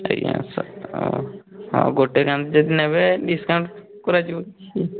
ଆଜ୍ଞା ସାର୍ ଅଁ ହଁ ଗୋଟିଏ କାନ୍ଦୀ ଯଦି ନେବେ ଡିସକାଉଣ୍ଟ୍ କରାଯିବ କିଛି